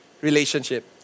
relationship